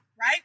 right